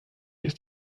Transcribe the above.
ist